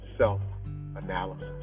self-analysis